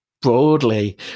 Broadly